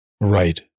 right